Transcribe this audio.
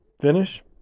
Finish